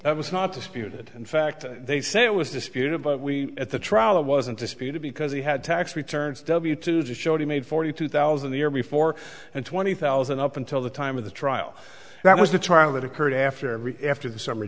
it was not disputed in fact they say it was disputed at the trial it wasn't disputed because he had tax returns to the show he made forty two thousand the year before and twenty thousand up until the time of the trial that was the trial that occurred after after the summ